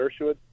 Dershowitz